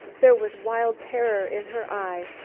there was wild terror in her eye.